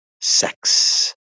sex